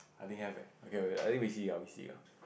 I think have eh okay we I think we see ah we see ah